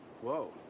Whoa